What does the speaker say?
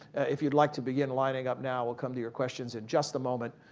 if you'd like to begin lining up now, we'll come to your questions in just a moment.